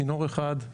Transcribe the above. צינור אחד,